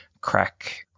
crack